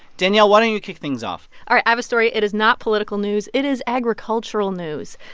danielle, why don't you kick things off i have a story. it is not political news. it is agricultural news.